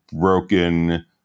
broken